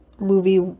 movie